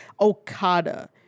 Okada